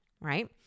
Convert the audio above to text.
right